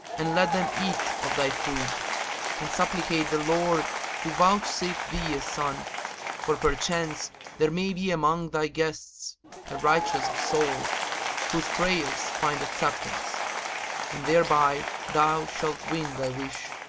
and let them eat of thy food and supplicate the lord to vouchsafe thee a son for perchance there may be among thy guests a righteous soul whose prayers find acceptance and thereby thou shalt win thy wish.